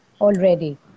already